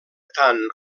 tant